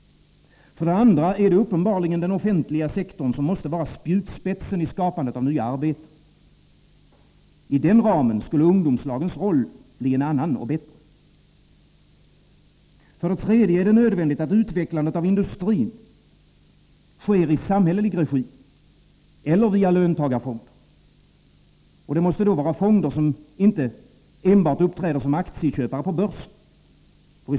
För det andra är det uppenbarligen den offentliga sektorn som måste vara spjutspetsen i skapandet av nya arbeten. I den ramen skulle ungdomslagens roll bli en annan och bättre. För det tredje är det nödvändigt att utvecklandet av industrin sker i samhällelig regi eller via löntagarfonder. Det måste då vara fonder som inte enbart uppträder som aktieköpare på börsen.